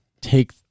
take